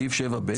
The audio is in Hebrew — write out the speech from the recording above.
סעיף 7(ב),